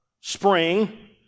spring